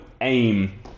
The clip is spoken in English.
aim